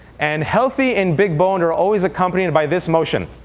and healthy and big boned are always accompanied by this motion,